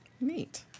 neat